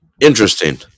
interesting